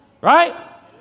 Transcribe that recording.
Right